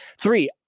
Three